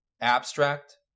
abstract